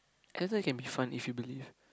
exercise can be fun if you believe